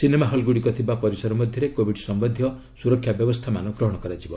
cinema ହଲ୍ଗୁଡ଼ିକ ଥିବା ପରିସର ମଧ୍ୟରେ କୋଭିଡ୍ ସମ୍ଭନ୍ଧୀୟ ସୁରକ୍ଷା ବ୍ୟବସ୍ଥାମାନ ଗ୍ରହଣ କରାଯିବ